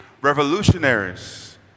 revolutionaries